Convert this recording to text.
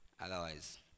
Otherwise